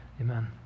amen